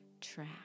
track